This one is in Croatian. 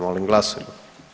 Molim glasujmo.